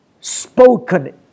spoken